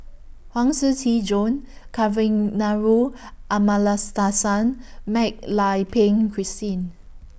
Huang Shiqi Joan Kavignareru Amallathasan Mak Lai Peng Christine